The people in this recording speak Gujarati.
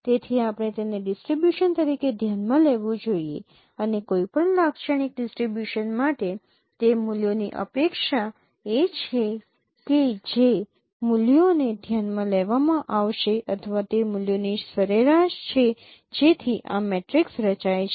તેથી આપણે તેને ડિસ્ટ્રિબ્યુશન તરીકે ધ્યાનમાં લેવું જોઈએ અને કોઈપણ લાક્ષણિક ડિસ્ટ્રિબ્યુશન માટે તે મૂલ્યોની અપેક્ષા છે કે જે મૂલ્યોને ધ્યાનમાં લેવામાં આવશે અથવા તે મૂલ્યોની સરેરાશ છે જેથી આ મેટ્રિક્સ રચાય છે